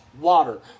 water